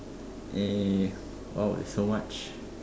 eh !wow! there's so much